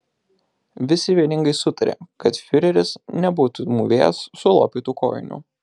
visi vieningai sutarė kad fiureris nebūtų mūvėjęs sulopytų kojinių